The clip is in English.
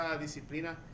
disciplina